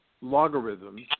logarithms